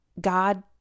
God